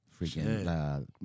freaking